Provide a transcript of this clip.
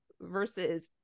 versus